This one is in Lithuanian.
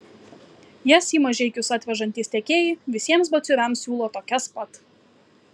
jas į mažeikius atvežantys tiekėjai visiems batsiuviams siūlo tokias pat